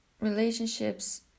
relationships